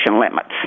limits